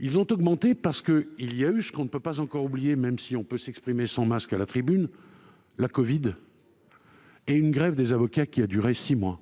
Ils ont augmenté parce qu'il y a eu ce qu'on ne peut pas encore oublier, même si on peut s'exprimer maintenant sans masque à la tribune : la covid-19, à laquelle s'est ajoutée une grève des avocats qui a duré six mois.